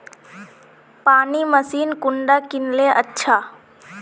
पानी मशीन कुंडा किनले अच्छा?